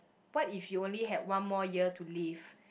what if you only had one more year to live